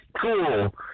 cool